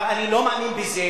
אבל אני לא מאמין בזה,